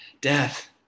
death